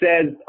says